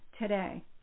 today